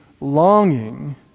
longing